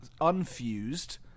unfused